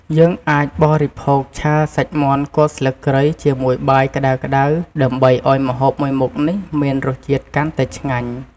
យើងអាចបរិភោគឆាសាច់មាន់គល់ស្លឹកគ្រៃជាមួយបាយក្តៅៗ ដើម្បីឱ្យម្ហូបមួយមុខនេះមានរសជាតិកាន់តែឆ្ងាញ់។